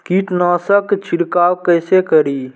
कीट नाशक छीरकाउ केसे करी?